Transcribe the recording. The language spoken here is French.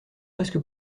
presque